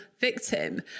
victim